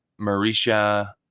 marisha